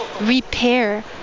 repair